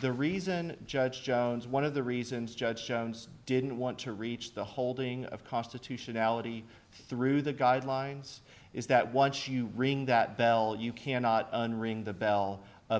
the reason judge jones one of the reasons judge jones didn't want to reach the holding of constitution ality through the guidelines is that once you ring that bell you cannot unring the bell of